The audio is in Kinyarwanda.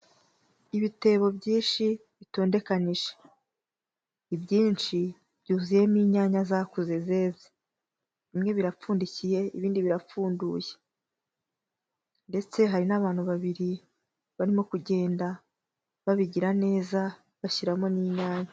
Ibitebo byinshi bitondekanyije. Ibyinshi byuzuyemo inyana zakuze zeze. Bimwe birapfundikiye ibindi birapfunduye. Ndetse hari n'abantu babiri barimo kugenda babigira neza bashyiramo n'inyanya.